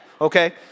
okay